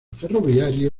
ferroviario